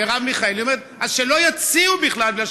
מרב מיכאלי אומרת: אז שלא יציעו בכלל,